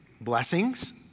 blessings